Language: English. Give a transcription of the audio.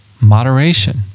moderation